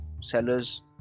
sellers